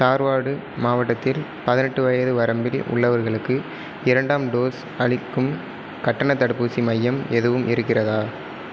தார்வாடு மாவட்டத்தில் பதினெட்டு வயது வரம்பில் உள்ளவர்களுக்கு இரண்டாம் டோஸ் அளிக்கும் கட்டணத் தடுப்பூசி மையம் எதுவும் இருக்கிறதா